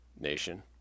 nation